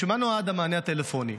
למה נועד המענה הטלפוני?